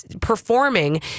performing